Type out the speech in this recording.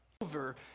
over